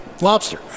lobster